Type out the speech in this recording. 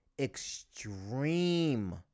extreme